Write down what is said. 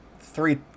three